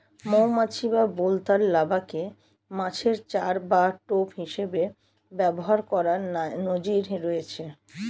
মৌমাছি বা বোলতার লার্ভাকে মাছের চার বা টোপ হিসেবে ব্যবহার করার নজির রয়েছে